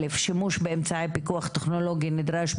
(א)שימוש באמצעי פיקוח טכנולוגי נדרש,